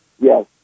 Yes